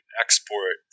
export